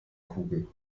kugel